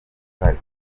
uruhare